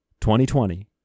2020